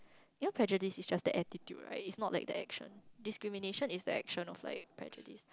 you know prejudice is just the attitude right is not like the action discrimination is the action of like prejudice